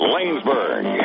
Lanesburg